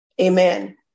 amen